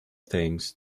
things